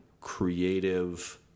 creative